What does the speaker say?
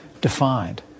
defined